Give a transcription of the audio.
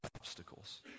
obstacles